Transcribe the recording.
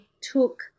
took